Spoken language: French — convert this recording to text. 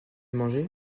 mangé